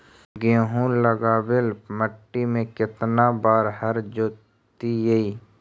गेहूं लगावेल मट्टी में केतना बार हर जोतिइयै?